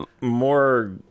more